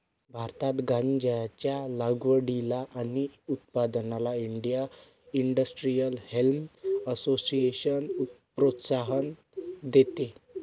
भारतात गांज्याच्या लागवडीला आणि उत्पादनाला इंडिया इंडस्ट्रियल हेम्प असोसिएशन प्रोत्साहन देते